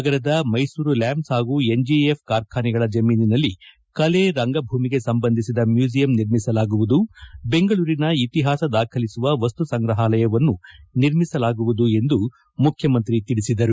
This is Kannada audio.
ನಗರದ ಮೈಸೂರು ಲ್ವಾಂಪ್ಸ್ ಹಾಗೂ ಎನ್ಜಇಎಫ್ ಕಾರ್ಖಾನೆಗಳ ಜಮೀನಿನಲ್ಲಿ ಕಲೆ ರಂಗಭೂಮಿಗೆ ಸಂಬಂಧಿಸಿದ ಮ್ಯೂಸಿಯಂ ನಿರ್ಮಿಸಲಾಗುವುದು ಬೆಂಗಳೂರಿನ ಇತಿಹಾಸ ದಾಖಲಿಸುವ ವಸ್ತು ಸಂಗ್ರಹಾಲಯವನ್ನೂ ನಿರ್ಮಿಸಲಾಗುವುದು ಎಂದು ಮುಖ್ಚಮಂತ್ರಿ ಹೇಳಿದ್ದಾರೆ